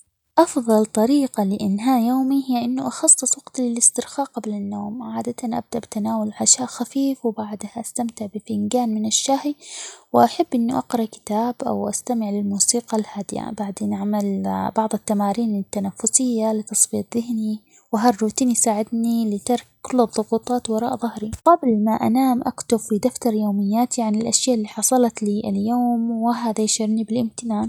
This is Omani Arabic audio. أفظل طريقه لإنهاء يومي هي إنه أخصص وقت للاسترخاء قبل النوم ،عادةً أبدأ بتناول عشاء خفيف ،وبعدها استمتع بفنجان من الشاهي، وأحب إني أقرأ كتاب ،أو استمع للموسيقى الهادئة ،بعدين أعمل بعض التمارين التنفسية لتصفية ذهني ،وهالروتين يساعدني لترك كل الضغوطات وراء ظهري، قبل ما انام أكتب في دفتر يومياتي عن الأشياء اللي حصلت لي اليوم ،وهذا يشعرني بلامتنان.